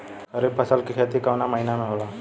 खरीफ फसल के खेती कवना महीना में होला?